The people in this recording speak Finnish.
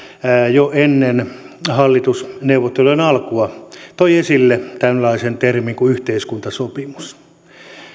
jo ennen hallitusneuvottelujen alkua toi esille tällaisen termin kuin yhteiskuntasopimus